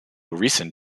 recent